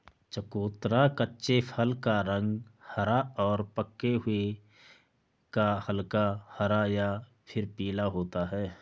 चकोतरा कच्चे फल का रंग हरा और पके हुए का हल्का हरा या फिर पीला होता है